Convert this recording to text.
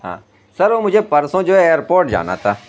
ہاں سر وہ مجھے پرسوں جو ہے ائیر پورٹ جانا تھا